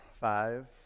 Five